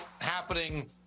happening